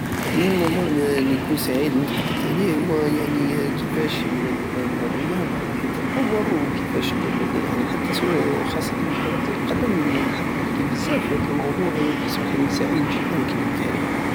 انا الموضوع الي نكون سعيد نتحدت عليه هو يعني كيفاش الرياضة راهي تطور وكيفاش ل- يعني حتى س- خاصتا كرة القدم نحب نحكي بزاف في هاد الموضوع ونحس روحي سعيد جدا كي نحكي عليه